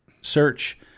search